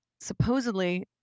supposedly